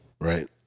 Right